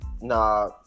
Nah